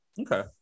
Okay